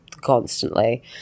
constantly